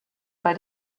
bei